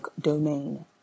domain